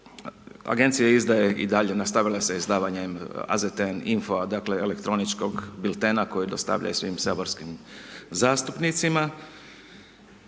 Agencija izdaje i dalje, nastavila je sa izdavanjem AZTN info, dakle elektroničkog biltena koji dostavlja i svim saborskim zastupnicima.